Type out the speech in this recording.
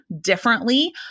differently